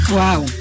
Wow